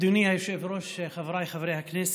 אדוני היושב-ראש, חבריי חברי הכנסת,